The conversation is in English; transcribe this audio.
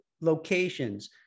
locations